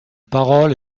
parole